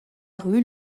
rue